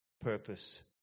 purpose